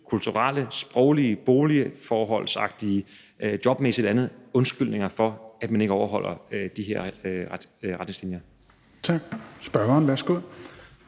kulturelle, sproglige, boligforholdsmæssige, jobmæssige eller andre undskyldninger for, at man ikke overholder de her retningslinjer.